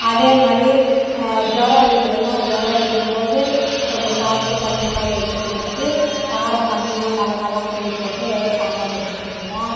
அதே மாதிரி ஜுரம் அடிக்கிதுன்னா ஜுரம் அடிக்கும் போது கொஞ்சம் பார்த்து கஞ்சி மாதிரி வச்சு கொடுத்துட்டு காரம் கம்மியாக மிளகாலாம் கிள்ளி போட்டு வெறும் சாம்பார் வச்சு கொடுப்போம்